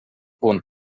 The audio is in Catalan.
punt